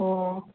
ꯑꯣ